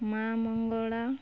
ମା ମଙ୍ଗଳା